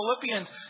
Philippians